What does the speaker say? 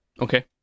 Okay